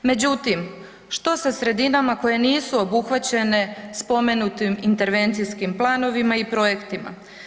Međutim, što sa sredinama koje nisu obuhvaćene spomenutim intervencijskim planovima i projektima?